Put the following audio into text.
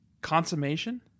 Consummation